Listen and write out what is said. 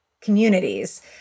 communities